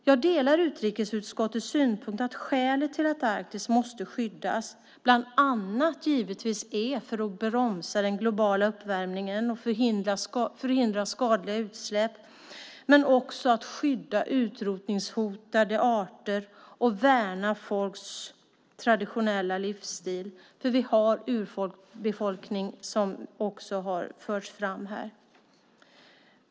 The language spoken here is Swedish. Jag delar utrikesutskottets synpunkt att skälet till att Arktis måste skyddas bland annat är att vi måste bromsa den globala uppvärmningen och förhindra skadliga utsläpp, men också skydda utrotningshotade arter och värna folks traditionella livsstil. Vi har urbefolkning, vilket också har förts fram är.